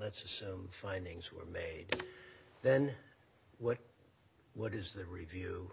let's assume findings were made then what what is that review